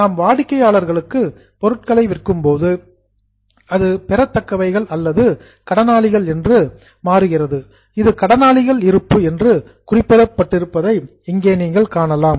நாம் வாடிக்கையாளர்களுக்கு பொருட்களை விற்கும் போது அது ரிசீவபுள்ஸ் பெறத்தக்கவைகள் அல்லது டெட்டார்ஸ் கடனாளிகள் என்று கன்வேர்ட்டெட் மாறுகிறது அது கடனாளிகள் இருப்பு என்று குறிப்பிட்டிருப்பதை இங்கே நீங்கள் காணலாம்